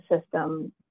system